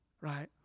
right